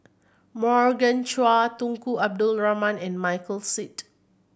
Morgan Chua Tunku Abdul Rahman and Michael Seet